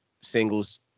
singles